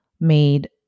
made